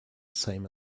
same